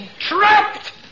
Trapped